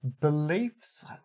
beliefs